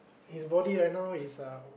his body right now is um